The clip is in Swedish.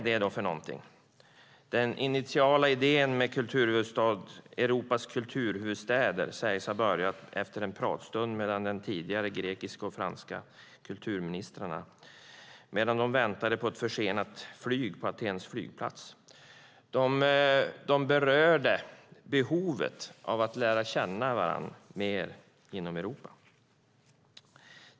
Den initiala idén med Europas kulturhuvudstäder sägs ha börjat efter en pratstund mellan de tidigare grekiska och franska kulturministrarna medan de väntade på ett försenat flyg på Atens flygplats. De berörde behovet av att lära känna varandra mer inom Europa.